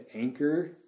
anchor